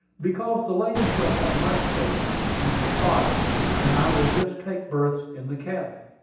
because the lady shall have my state room and her father and i will just take berths in the cabin.